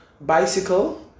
bicycle